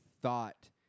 thought